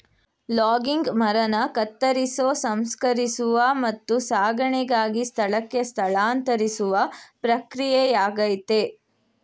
logging ಮರನ ಕತ್ತರಿಸೋ ಸಂಸ್ಕರಿಸುವ ಮತ್ತು ಸಾಗಣೆಗಾಗಿ ಸ್ಥಳಕ್ಕೆ ಸ್ಥಳಾಂತರಿಸುವ ಪ್ರಕ್ರಿಯೆಯಾಗಯ್ತೆ